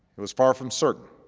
it was far from certain,